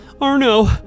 Arno